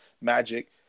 Magic